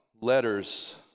letters